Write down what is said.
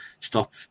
stop